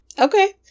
Okay